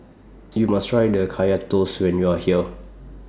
YOU must Try The Kaya Toast when YOU Are here